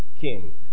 king